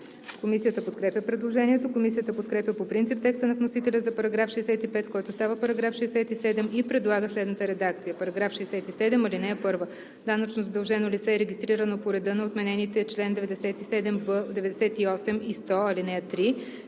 Комисията подкрепя предложението. Комисията подкрепя по принцип текста на вносителя за § 65, който става § 67, и предлага следната редакция: „§ 67. (1) Данъчно задължено лице, регистрирано по реда на отменените чл. 97б, 98 и 100, ал. 3,